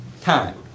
time